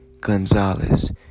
Gonzalez